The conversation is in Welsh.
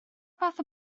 fath